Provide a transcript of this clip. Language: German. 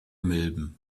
milben